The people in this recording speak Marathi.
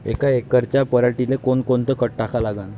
यका एकराच्या पराटीले कोनकोनचं खत टाका लागन?